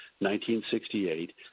1968